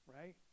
right